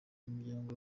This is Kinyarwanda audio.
imiryango